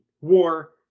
war